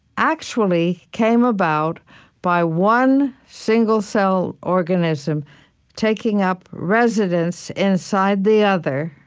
actually came about by one single-cell organism taking up residence inside the other